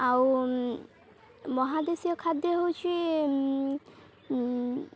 ଆଉ ମହାଦେଶୀୟ ଖାଦ୍ୟ ହେଉଛି